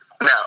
No